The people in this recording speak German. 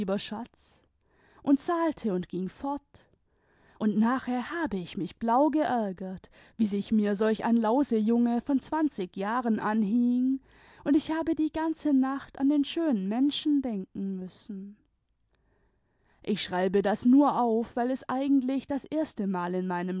schatz imd zahlte und ging fort und nachher habe ich mich blau geärgert wie sich mir solch ein lausejunge von zwanzig jahren anhing und ich habe die ganze nacht an den schönen menschen denken müssen ich schreibe das nur auf weil es eigentlich das erste mal in meinem